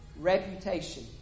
reputation